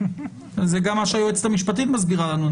זה גם מה שהיועצת המשפטית מסבירה לנו,